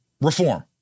reform